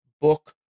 book